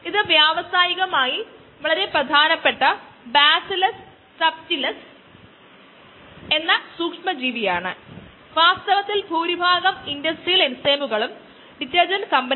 അത് ഇനിഷ്യൽ കോശങ്ങളുടെ സാന്ദ്രതയിൽ നിന്ന് വളരെ വ്യത്യസ്തമായിരിക്കില്ല നമുക്ക് ആകെ സമയം പ്രവചിക്കാൻ കഴിയും